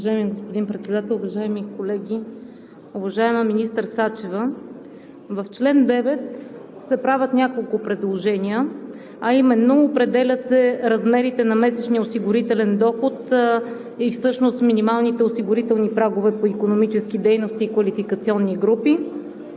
Уважаеми господин Председател, уважаеми колеги, уважаема министър Сачева! В чл. 9 се правят няколко предложения, а именно определят се размерите на месечния осигурителен доход и всъщност минималните осигурителни прагове по икономически дейности и квалификационни групи